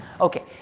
okay